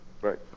right